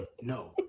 No